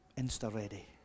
insta-ready